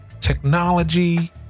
technology